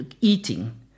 eating